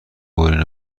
برین